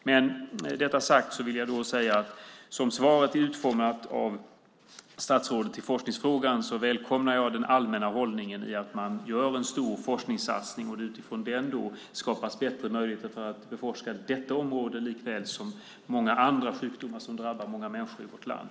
Med detta sagt vill jag säga att som svaret är utformat av statsrådet i forskningsfrågan välkomnar jag den allmänna hållningen att man gör en stor forskningssatsning och att det utifrån den skapas bättre möjligheter att beforska detta område likaväl som många andra sjukdomar som drabbar många människor i vårt land.